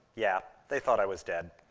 yeah, they thought i was dead.